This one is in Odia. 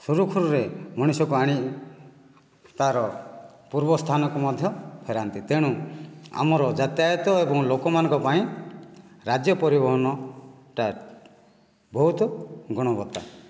ସୁରୁଖୁରୁରେ ମଣିଷକୁ ଆଣି ତାର ପୂର୍ବ ସ୍ଥାନକୁ ମଧ୍ୟ ଫେରାନ୍ତି ତେଣୁ ଆମର ଯାତାୟତ ଏବଂ ଲୋକମାନଙ୍କ ପାଇଁ ରାଜ୍ୟ ପରିବହନ ଟା ବହୁତ ଗୁଣବତ୍ତା